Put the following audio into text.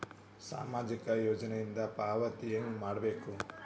ಸಾಮಾಜಿಕ ಯೋಜನಿಯಿಂದ ಪಾವತಿ ಹೆಂಗ್ ಪಡಿಬೇಕು?